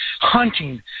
hunting